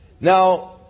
Now